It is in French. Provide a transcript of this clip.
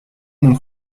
mon